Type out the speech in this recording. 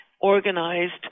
organized